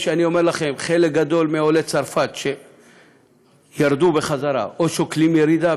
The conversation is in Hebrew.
אני אומר לכם שחלק גדול מעולי צרפת שירדו בחזרה או שוקלים ירידה,